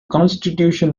constitution